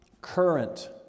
current